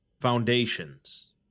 Foundations